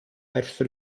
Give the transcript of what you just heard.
verso